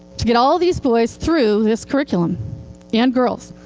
to get all these boys through this curriculum and girls.